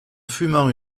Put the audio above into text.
fumant